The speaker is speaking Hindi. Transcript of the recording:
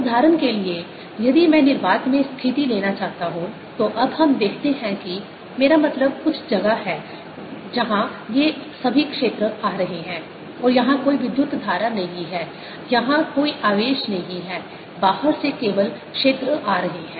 उदाहरण के लिए यदि मैं निर्वात में स्थिति लेना चाहता हूं तो अब हम देखते हैं कि मेरा मतलब कुछ जगह है जहां ये सभी क्षेत्र आ रहे हैं और यहां कोई विद्युत धारा नहीं है यहां कोई आवेश नहीं है बाहर से केवल क्षेत्र आ रहे हैं